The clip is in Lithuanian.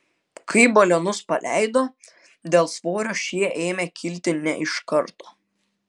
kai balionus paleido dėl svorio šie ėmė kilti ne iš karto